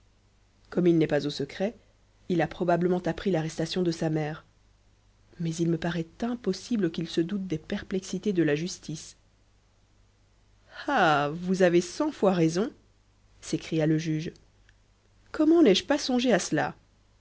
comme il n'est pas au secret il a probablement appris l'arrestation de sa mère mais il me paraît impossible qu'il se doute des perplexités de la justice ah vous avez cent fois raison s'écria le juge comment n'ai-je pas songé à cela